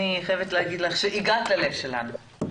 אני חייבת להגיד לך שהגעת ללב שלנו.